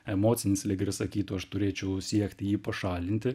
emocinis lyg ir sakytų aš turėčiau siekti jį pašalinti